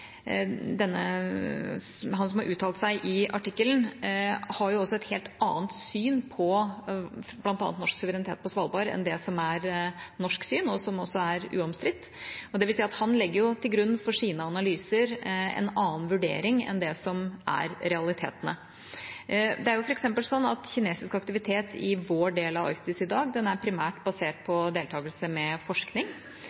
han som har uttalt seg i artikkelen, har et helt annet syn på bl.a. norsk suverenitet på Svalbard enn det som er det norske synet, og som også er uomstridt. Det vil si at han legger til grunn for sine analyser en annen vurdering enn det som er realitetene. Det er f.eks. slik at kinesisk aktivitet i vår del av Arktis i dag primært er basert